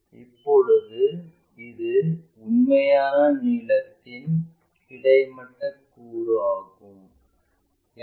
இப்போது இது உண்மையான நீளத்தின் கிடைமட்ட கூறு ஆகும்